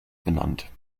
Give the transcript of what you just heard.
benannt